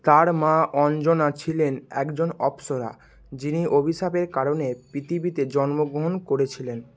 তাঁর মা অঞ্জনা ছিলেন একজন অপ্সরা যিনি অভিশাপের কারণে পৃথিবীতে জন্মগ্রহণ করেছিলেন